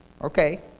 Okay